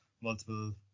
Multiple